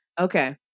Okay